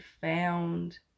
found